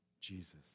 Jesus